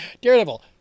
Daredevil